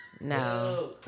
No